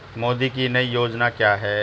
मोदी की नई योजना क्या है?